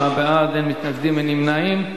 27 בעד, אין מתנגדים ואין נמנעים.